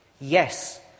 Yes